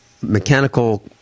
mechanical